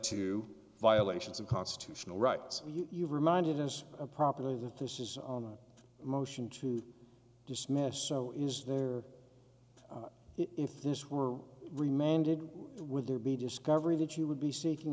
to violations of constitutional rights you reminded us a property that this is on a motion to dismiss so is there if this were remanded would there be discovery that you would be seeking